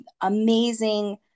amazing